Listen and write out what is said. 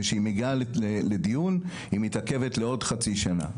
וכשהיא מגיע לדיון היא מתעכבת לעוד חצי שנה.